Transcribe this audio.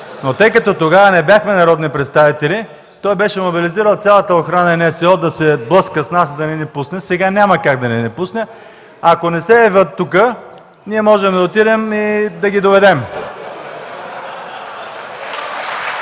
но тъй като тогава не бяхме народни представители, той беше мобилизирал цялата охрана и НСО да се блъскат с нас и да не ни пускат. Сега няма как да не ни пусне. Ако не се явят тук, ние можем да отидем и да ги доведем.